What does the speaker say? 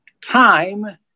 Time